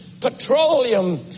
petroleum